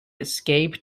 escape